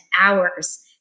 hours